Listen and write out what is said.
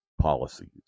policies